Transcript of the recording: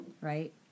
right